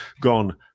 gone